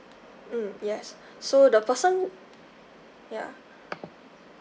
mm yes so the person ya